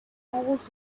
old